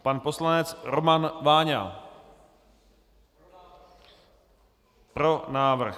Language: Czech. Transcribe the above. Pan poslanec Roman Váňa: Pro návrh.